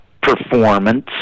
performance